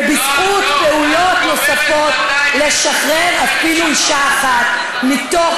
ובזכות פעולות נוספות לשחרר אפילו אישה אחת מתוך